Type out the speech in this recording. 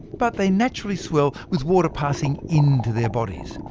but they naturally swell with water passing into their bodies,